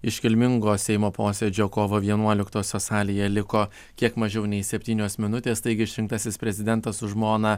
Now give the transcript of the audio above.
iškilmingo seimo posėdžio kovo vienuoliktosios salėje liko kiek mažiau nei septynios minutės taigi išrinktasis prezidentas su žmona